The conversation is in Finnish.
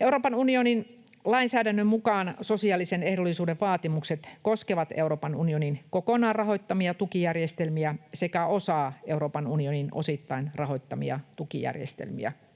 Euroopan unionin lainsäädännön mukaan sosiaalisen ehdollisuuden vaatimukset koskevat Euroopan unionin kokonaan rahoittamia tukijärjestelmiä sekä osaa Euroopan unionin osittain rahoittamista tukijärjestelmistä.